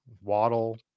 Waddle